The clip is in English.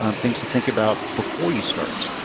um things to think about before you start.